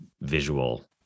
visual